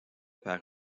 par